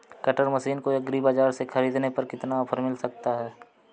Cutter machine को agri बाजार से ख़रीदने पर कितना ऑफर मिल सकता है?